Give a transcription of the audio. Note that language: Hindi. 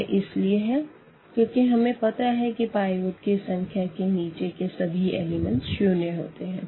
यह इसलिए है क्योंकि हमे पता है की पाइवट संख्या के निचे के सभी एलिमेंट्स शून्य होते है